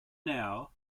now